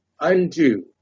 undo